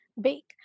bake